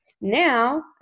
Now